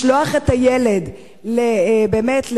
לשלוח את הילד לאיזו